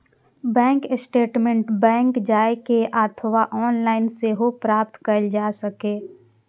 bank statement bank जाए के अथवा ऑनलाइन सेहो प्राप्त कैल जा सकैए